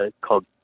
called